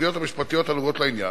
והסוגיות המשפטיות הנוגעות לעניין,